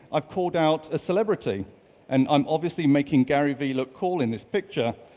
i've called out a celebrity and i'm obviously making gary vee look cool in this picture,